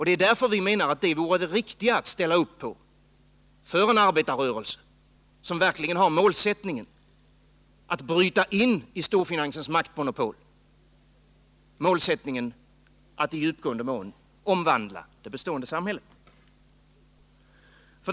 Det är därför vi menar att detta förslag vore det riktiga att ställa upp på för en arbetarrörelse som verkligen har målsättningen att bryta in i storfinansens maktmonopol, målsättningen att i djupgående mån omvandla det bestående samhället.